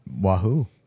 wahoo